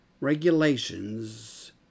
regulations